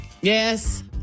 Yes